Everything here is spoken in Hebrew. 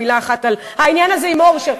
מילה אחת על העניין הזה עם אורשר,